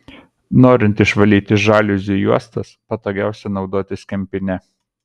norint išvalyti žaliuzių juostas patogiausia naudotis kempine